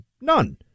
None